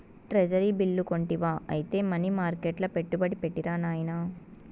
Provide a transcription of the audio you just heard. treasury bill కొంటివా ఐతే money మర్కెట్ల పెట్టుబడి పెట్టిరా నాయనా